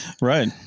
Right